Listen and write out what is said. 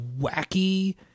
wacky